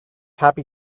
happy